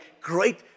great